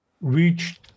reached